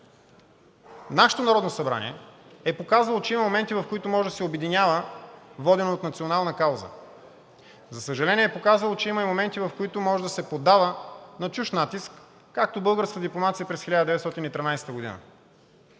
Нашето Народно събрание е показало, че има моменти, в които може да се обединява, водено от национална кауза. За съжаление, е показало, че има и моменти, в които може да се поддава на чужд натиск, както българската дипломация през 1913 г.,